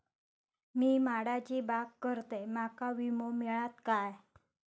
मी माडाची बाग करतंय माका विमो मिळात काय?